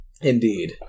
Indeed